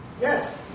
Yes